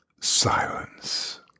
silence